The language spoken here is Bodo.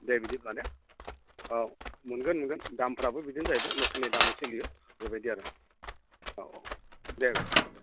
दे बिदिब्ला ने औ मोनगोन मोनगोन दामफोराबो बिदिनो जाहैबाय लकेलनि दामै सोलियो बेबायदि आरो औ औ औ दे अ दे